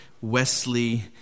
Wesley